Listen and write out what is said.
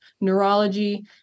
neurology